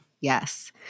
Yes